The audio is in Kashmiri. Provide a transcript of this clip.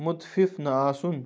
مُتفِف نہَ آسُن